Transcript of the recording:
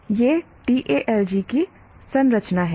यह TALG की संरचना है